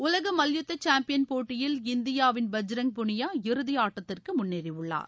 உலக மல்யுத்த சாம்பியன் போட்டியில் இந்தியாவின் பஜ்ரங் புனியா இறுதி ஆட்டத்திற்கு முன்னேறி உள்ளார்